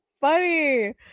funny